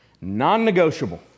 Non-negotiable